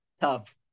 tough